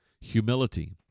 humility